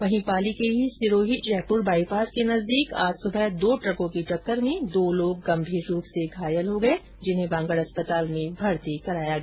वहीं पाली के ही सिरोही जयपुर बाइपास के नजदीक आज सुबह दो ट्रकों की टक्कर में दो लोग गंभीर रूप से घायल हो गए जिन्हें बांगड अस्पताल में भर्ती कराया गया